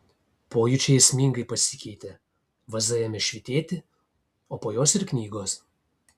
pojūčiai esmingai pasikeitė vaza ėmė švytėti o po jos ir knygos